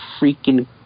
freaking